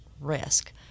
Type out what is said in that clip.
risk